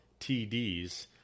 TDs